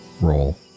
roll